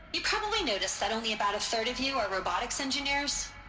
you probably noticed that only about a third of you are robotics engineers?